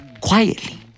quietly